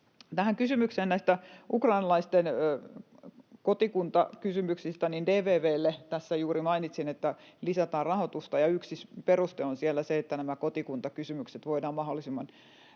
juuri mainitsin, että DVV:lle lisätään rahoitusta, ja yksi peruste on siellä se, että nämä kotikuntakysymykset voidaan mahdollisimman